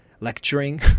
lecturing